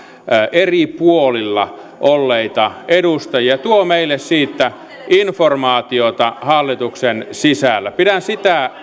eri puolilla olleita edustajia ja tuo meille siitä informaatiota hallituksen sisällä pidän sitä